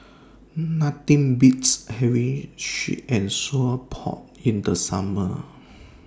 Nothing Beats having Sweet and Sour Pork in The Summer